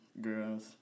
girls